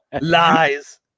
lies